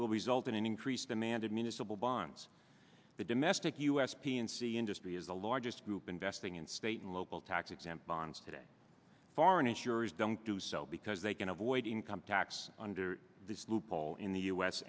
will be solved in an increase demanded municipal bonds the domestic u s p and c industry is the largest group investing in state and local tax exempt bonds today foreign insurers don't do so because they can avoid income tax under this loophole in the u